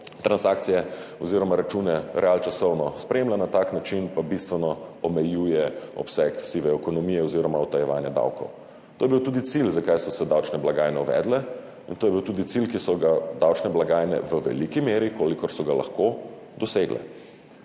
transakcije oziroma račune realnočasovno spremlja, na tak način pa bistveno omejuje obseg sive ekonomije oziroma utajevanja davkov. To je bil tudi cilj, zaradi katerega so se uvedle davčne blagajne, in to je bil tudi cilj, ki so ga davčne blagajne v veliki meri, kolikor so ga lahko, dosegle.